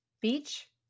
Beach